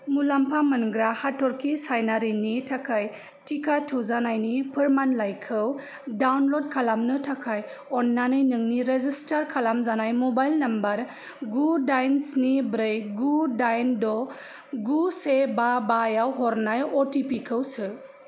मुलामफा मोनग्रा हाथ'रखि सायनारिनि थाखाय टिका थुजानायनि फोरमानलाइखौ डाउनल'ड खालामनो थाखाय अन्नानै नोंनि रेजिसटार खालामजानाय म'बाइल नाम्बार गु डाइन स्नि ब्रै गु डाइन ड' गु से बा बायाव हरनाय अ टि पि खौ सो